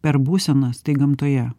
per būsenas tai gamtoje